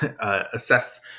assess